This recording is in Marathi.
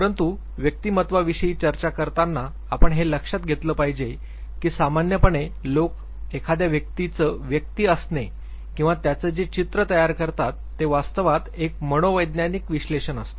परंतु व्यक्तिमत्त्वा विषयी चर्चा करताना आपण हे लक्षात घेतलं पाहिजे की सामान्यपणे लोक एखाद्या व्यक्तीचं व्यक्ती असणे किंवा त्याचं जे चित्र तयार करतात ते वास्तवात एक मनोवैज्ञानिक विश्लेषण असतं